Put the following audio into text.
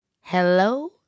Hello